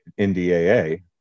NDAA